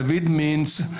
דוד מינץ,